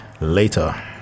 later